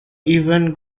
even